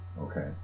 Okay